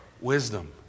Wisdom